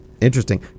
Interesting